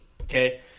okay